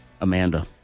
Amanda